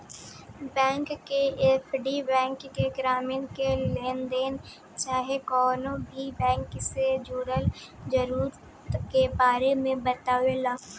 bank के agent bank के ग्राहक के लेनदेन चाहे कवनो भी बैंक से जुड़ल जरूरत के बारे मे बतावेलन